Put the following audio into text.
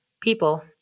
people